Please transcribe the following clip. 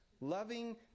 loving